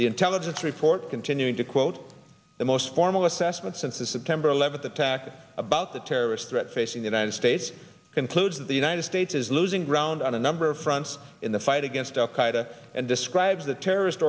the intelligence report continuing to quote the most formal assessment since the september eleventh attack about the terrorist threat facing the united states concludes that the united states is losing ground on a number of fronts in the fight against al qaida and describes the terrorist